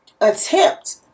attempt